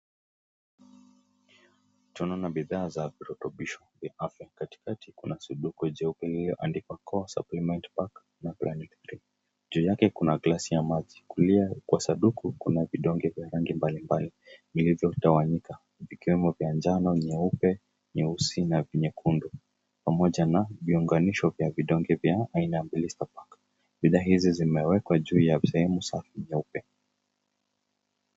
Tunaona bidhaa za virutubisho vya afya. Katikati kuna sanduku jeupe lililoandikwa Core Supplement Pack na Planet 3 . Juu yake kuna glasi ya maji. Kulia kwa sanduku kuna vidonge vya rangi mbalimbali vilivyotawanyika, vikiwemo vya njano, nyeupe, nyeusi na vinyekundu, pamoja na viunganisho vya vidonge vya aina mbili za pakiti. Bidhaa hizi zimewekwa juu ya sehemu safi nyeupe.